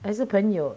还是朋友